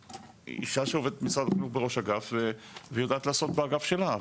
אישה שעובדת במשרד החינוך בראש אגף ויודעת לעשות באגף שלה,